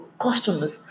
customers